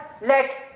let